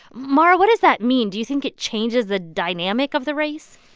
mara, what does that mean? do you think it changes the dynamic of the race?